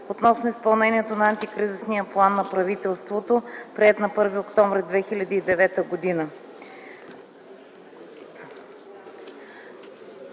относно изпълнението на Антикризисния план на правителството, приет на 1 октомври 2009 г.,